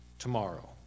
tomorrow